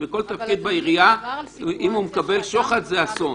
בכל תפקיד בעירייה אם הוא מקבל שוחד זה אסון.